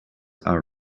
are